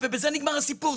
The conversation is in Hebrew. ובזה נגמר הסיפור.